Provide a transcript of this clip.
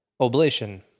Oblation